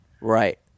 Right